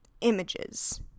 images